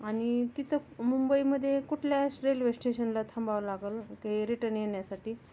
आणि तिथं मुंबईमध्ये कुठल्याच रेल्वे स्टेशनला थांबावं लागेल की रिटर्न येण्यासाठी